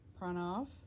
Pranav